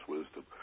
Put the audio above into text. Wisdom